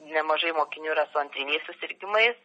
nemažai mokinių yra su antriniais susirgimais